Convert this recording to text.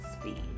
speed